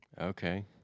Okay